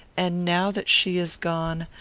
and, now that she is gone,